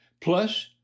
plus